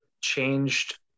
changed